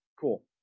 Cool